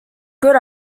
good